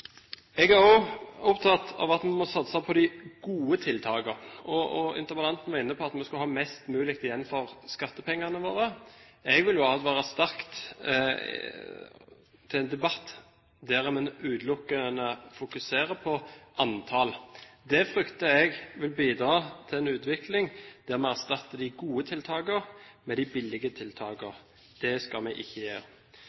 Jeg er også opptatt av at vi må satse på de gode tiltakene. Interpellanten var inne på at vi må ha mest mulig igjen for skattepengene våre. Jeg vil advare sterkt mot en debatt der en utelukkende fokuserer på antall. Det frykter jeg vil bidra til en utvikling der vi erstatter de gode tiltakene med de billige